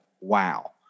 wow